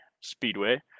speedway